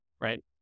right